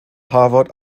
harvard